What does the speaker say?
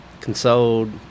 consoled